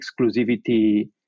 exclusivity